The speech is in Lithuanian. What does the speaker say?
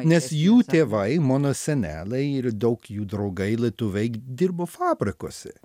nes jų tėvai mano seneliai ir daug jų draugai lietuviai dirbo fabrikuose